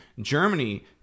Germany